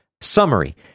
summary